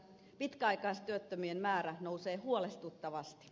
pitkäaikaistyöttömien määrä nousee huolestuttavasti